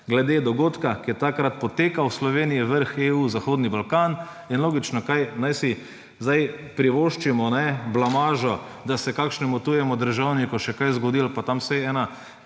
glede dogodka, ki je takrat potekal v Sloveniji: vrh EU ‒ Zahodni Balkan. In logično, kaj naj si zdaj privoščimo blamažo, da se kakšnemu tujemu državniku še kaj zgodi? Ali pa tam … Saj